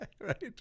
Right